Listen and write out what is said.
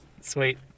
Sweet